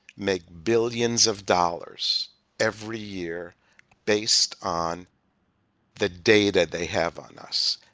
make billions of dollars every year based on the day that they have on us.